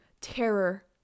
terror